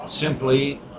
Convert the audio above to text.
simply